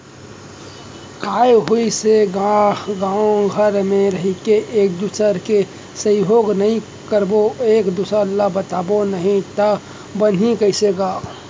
काय होइस हे गा गाँव घर म रहिके एक दूसर के सहयोग नइ करबो एक दूसर ल बताबो नही तव बनही कइसे गा